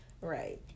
right